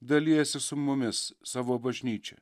dalijasi su mumis savo bažnyčia